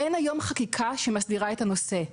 אין היום חקיקה שמסדירה את הנושא.